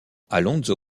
alonso